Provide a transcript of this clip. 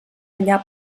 allà